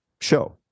show